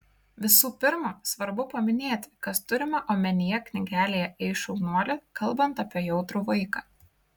visų pirma svarbu paminėti kas turima omenyje knygelėje ei šaunuoli kalbant apie jautrų vaiką